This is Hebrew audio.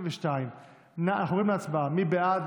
22. אנחנו עוברים להצבעה, מי בעד?